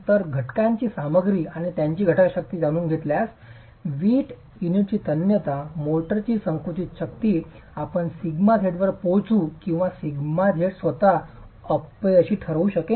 तर घटकांची सामग्री आणि त्यांची घटक शक्ती जाणून घेतल्यास वीट युनिटची तन्यता मोर्टारची संकुचित शक्ती आपण σz वर पोहोचू किंवा σz स्वतःच अपयशी ठरवू शकेन